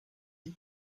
dit